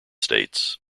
states